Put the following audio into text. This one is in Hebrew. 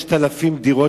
5,000 דירות,